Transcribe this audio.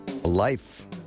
life